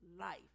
life